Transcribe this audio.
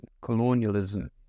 colonialism